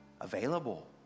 available